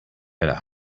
better